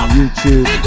YouTube